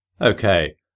Okay